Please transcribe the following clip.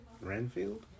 Renfield